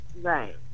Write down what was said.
right